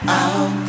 out